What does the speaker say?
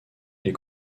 les